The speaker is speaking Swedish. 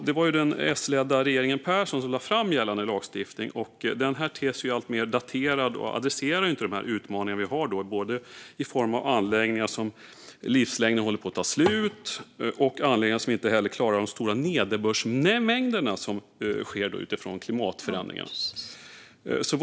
Det var den S-ledda regeringen Persson som lade fram gällande lagstiftning som ter sig alltmer daterad och inte adresserar de utmaningar som vi nu har både i form av anläggningar vars livslängd håller på att ta slut och anläggningar som inte klarar stora nederbördsmängder utifrån klimatförändringarna.